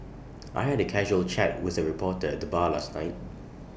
I had A casual chat with A reporter at the bar last night